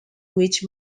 which